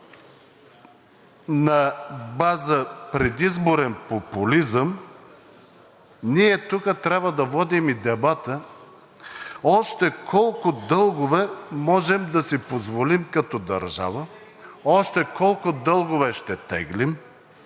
на база предизборен популизъм, ние тук трябва да водим и дебата още колко дългове можем да си позволим като държава, още колко дългове ще теглим,